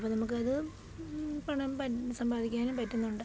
അപ്പോള് നമ്മള്ക്ക് അത് പണം സമ്പാദിക്കാനും പറ്റുന്നുണ്ട്